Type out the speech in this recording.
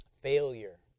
failure